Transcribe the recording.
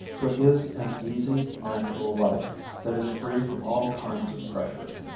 but is an easy, natural life that is free from all kinds of pressure.